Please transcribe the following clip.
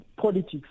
Politics